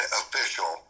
official